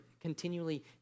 continually